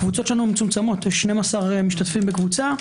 הקבוצות שלנו מצומצמות - יש 12 משתתפים בקבוצה.